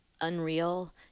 unreal